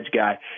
guy